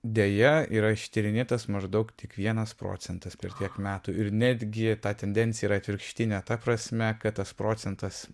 deja yra ištyrinėtas maždaug tik vienas procentas per tiek metų ir netgi ta tendencija yra atvirkštinė ta prasme kad tas procentas